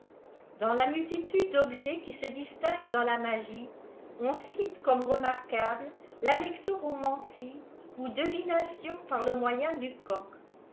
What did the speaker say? dans la multitude d'objets qui se distinguent dans la magie on citey comme remarquable l'alectorômancie ou devination par le moyen du coq